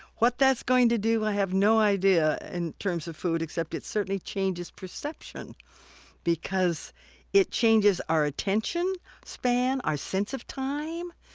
what that is going to do i have no idea in terms of food except it certainly changes perception because it changes our attention span, our sense of time.